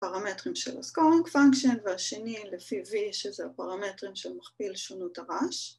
‫פרמטרים של ה-scoring function, ‫והשני לפי V, ‫שזה הפרמטרים של מכפיל שונות הראש.